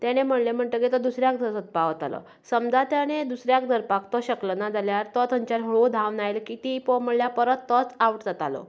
तेणें म्हणलें म्हणटगीर तो दुसऱ्याक सोदपाक वतालो समजा त्यांनी दुसऱ्याक धरपाक तो शकलो ना जाल्यार तो थंयच्यान हळू धांवून आयलो की टिपो म्हळ्यार परत तो तोच आवट जातालो